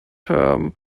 term